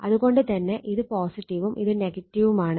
അത് കൊണ്ട് തന്നെ ഇത് ഉം ഇത് ഉം ആണ്